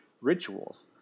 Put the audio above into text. rituals